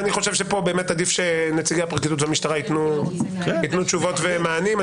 אני חושב שכאן באמת עדיף שנציגי הפרקליטות והמשטרה ייתנו תשובות ומענים.